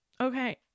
okay